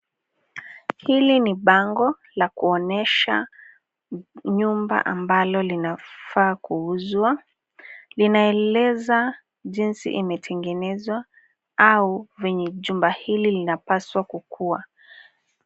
Hili ni bango la kuonesha nyumba ambalo linafaa kuuzwa. Linaeleza jinsi imetengenezwa au venye jumba hili linapaswa kukua.